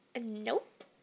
Nope